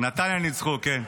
נתניה ניצחו, כן.